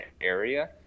area